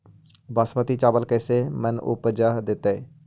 बासमती चावल कैसे मन उपज देतै?